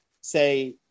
say